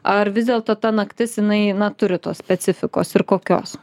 ar vis dėlto ta naktis jinai na turi tos specifikos ir kokios